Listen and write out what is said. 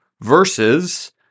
versus